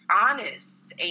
honest